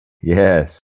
Yes